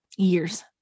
Years